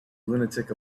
lunatic